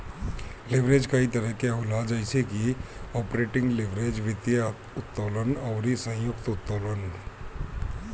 leverage कई तरही के होला जइसे की आपरेटिंग लीवरेज, वित्तीय उत्तोलन अउरी संयुक्त उत्तोलन